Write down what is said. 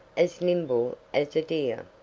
as nimble as a deer.